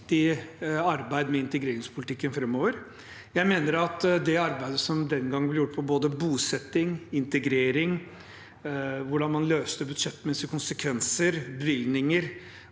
arbeid med integreringspolitikken framover. Jeg mener at fra det arbeidet som den gang ble gjort med både bosetting og integrering, hvordan man løste budsjettmessige konsekvenser, bevilgninger,